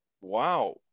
wow